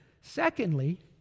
Secondly